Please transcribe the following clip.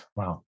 Wow